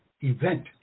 event